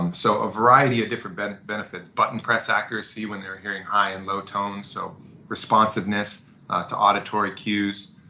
um so a variety of different but benefits. button-press accuracy when you're hearing high and low tones, so responsiveness to auditory cues.